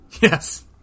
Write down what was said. Yes